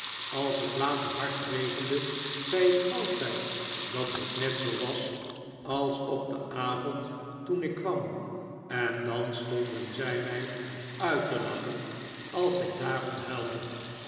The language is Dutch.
als het later hard regende zei ik altijd dat het net zoo was als op den avond toen ik kwam en dan stonden zij mij uit te nikolaas nickleby lachen als ik daarom huilde